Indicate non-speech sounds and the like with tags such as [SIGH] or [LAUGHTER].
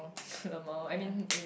[LAUGHS] lmao I mean eh